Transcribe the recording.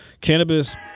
Cannabis